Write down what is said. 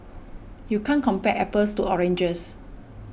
you can't compare apples to oranges